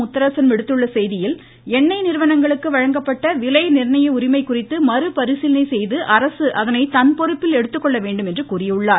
முத்தரசன் விடுத்துள்ள செய்தியில் எண்ணெய் நிறுவனங்களுக்கு வழங்கப்பட்ட விலை நிர்ணய உரிமை குறித்து மறு பரிசீலனை செய்து அரசு அதனை தன்பொறுப்பில் எடுத்துக்கொள்ள வேண்டும் என்றும் கூறியுள்ளார்